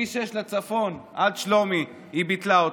כביש 6 לצפון, עד שלומי, היא ביטלה אותו.